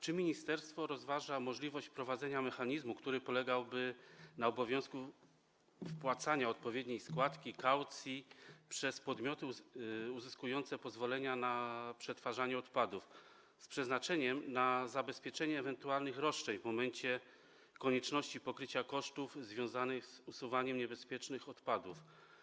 Czy ministerstwo rozważa możliwość wprowadzenia mechanizmu, który polegałby na obowiązku wpłacania odpowiedniej składki, kaucji przez podmioty uzyskujące pozwolenia na przetwarzanie odpadów z przeznaczeniem na zabezpieczenie ewentualnych roszczeń w momencie konieczności pokrycia kosztów związanych z usuwaniem niebezpiecznych odpadów?